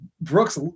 Brooks